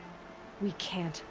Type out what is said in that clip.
we can't.